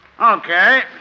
Okay